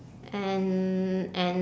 and and